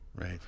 right